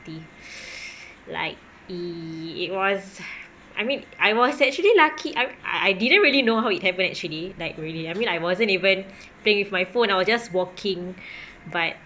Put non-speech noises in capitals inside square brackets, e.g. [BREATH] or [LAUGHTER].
the [BREATH] like i~ it was [BREATH] I mean I was actually lucky I I I didn't really know how it happened actually like really I mean like I wasn't even playing with my phone I was just walking [BREATH] but